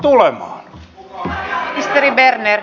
arvoisa rouva puhemies